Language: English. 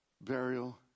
burial